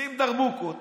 מוציאים דרבוקות